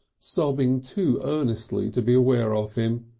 sobbing too earnestly to be aware of him.